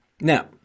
Now